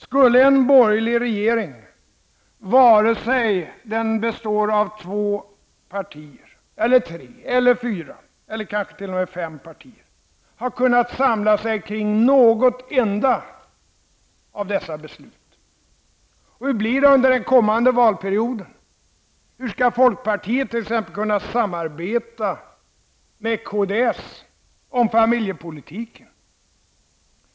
Skulle en borgerlig regering, vare sig den består av två partier, eller tre, fyra eller kanske t.o.m. fem partier ha kunnat samla sig kring något enda av dessa beslut? Och hur blir det under den kommande valperioden? Hur skall folkpartiet, t.ex. kunna samarbeta med kds om familjepolitiken?